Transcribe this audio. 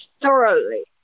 thoroughly